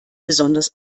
besonders